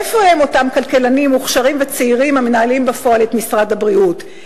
איפה הם אותם כלכלנים מוכשרים וצעירים המנהלים בפועל את משרד הבריאות?